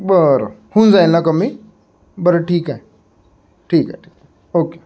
बरं होऊन जाईल ना कमी बरं ठीक आहे ठीक आहे ठीक ओके